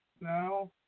now